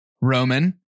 Roman